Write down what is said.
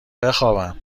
بخوابم